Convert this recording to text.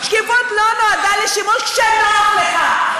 שקיפות לא נועדה לשימוש כשנוח לך.